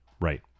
Right